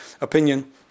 opinion